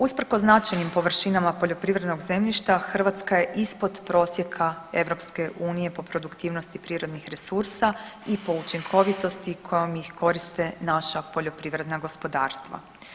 Usprkos značajnim površinama poljoprivrednog zemljišta Hrvatska je ispod prosjeka EU po produktivnosti prirodnih resursa i po učinkovitosti kojom ih koriste naša poljoprivredna gospodarstva.